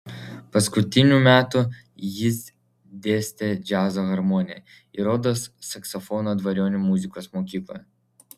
paskutiniu metu jis dėstė džiazo harmoniją ir rodos saksofoną dvariono muzikos mokykloje